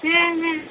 ᱦᱮᱸ ᱦᱮᱸ